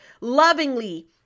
lovingly